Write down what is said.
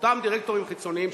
ואותם דירקטורים חיצוניים,